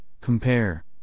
compare